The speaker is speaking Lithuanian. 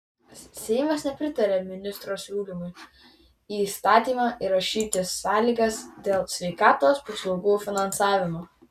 seimas nepritarė ministro siūlymui į įstatymą įrašyti sąlygas dėl sveikatos paslaugų finansavimo